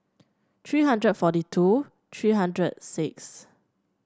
three hundred forty two three hundred six